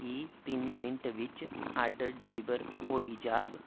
कि एह् तिन मिंट्ट बिच्च आर्डर डलीवर होई जाह्ग